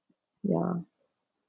!wah!